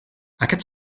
aquest